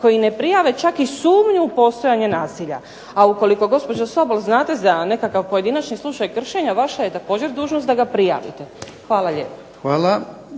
koji ne prijave čak i sumnju u postojanje nasilja. A ukoliko gospođa Sobol znate za nekakav pojedinačni slučaj kršenja vaša je također dužnost da ga prijavite. Hvala lijepa.